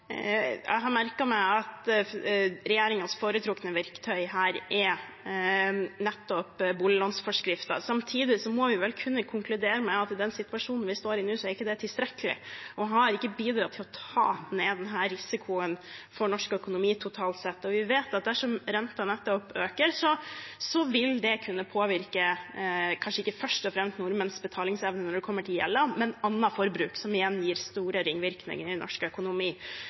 Jeg har merket meg at regjeringens foretrukne verktøy her er nettopp boliglånsforskriften. Samtidig må vi vel kunne konkludere med at i den situasjonen vi står i nå, er ikke det tilstrekkelig og har ikke bidratt til å redusere denne risikoen for norsk økonomi totalt sett. Vi vet at dersom renten øker, vil det kanskje ikke først og fremst påvirke nordmenns betalingsevne når det kommer til gjelden, men når det kommer til annet forbruk, som igjen vil gi store ringvirkninger i norsk økonomi.